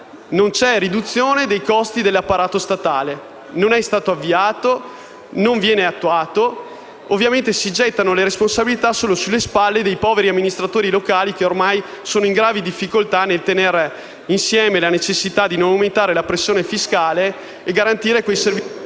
La riduzione dei costi dell'apparato statale non è stata attuata né avviata e si gettano le responsabilità solo sulle spalle dei poveri amministratori locali che sono in grave difficoltà nel tenere insieme le necessità di non aumentare la pressione fiscale e di garantire...